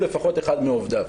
לפחות אחד מעובדיו.